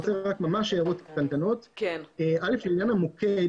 לעניין המוקד